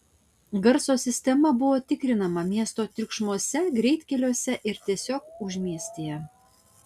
garso sistema buvo tikrinama miesto triukšmuose greitkeliuose ir tiesiog užmiestyje